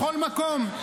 בכל מקום.